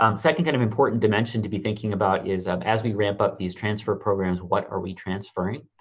um second kind of important dimension to be thinking about is, um as we ramp up these transfer programs, what are we transferring?